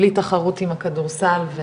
בלי תחרות עם הכדורסל.